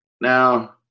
Now